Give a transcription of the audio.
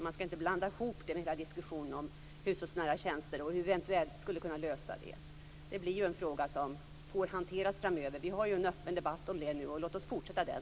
Man skall inte blanda ihop detta med diskussionen om hushållsnära tjänster och hur vi eventuellt skulle kunna lösa det. Det blir en fråga som får hanteras framöver. Vi har ju en öppen debatt om det. Låt oss fortsätta den.